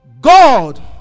god